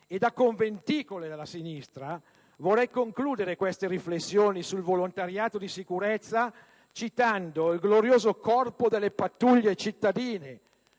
e da conventicole della sinistra, vorrei concludere queste riflessioni sul volontariato di sicurezza citando il glorioso Corpo delle pattuglie cittadine,